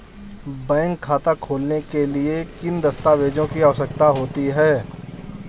Bank खाता खोलने के लिए किन दस्तावेज़ों की आवश्यकता होती है?